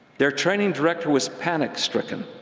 their training director was panic-stricken.